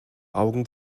augen